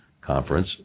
Conference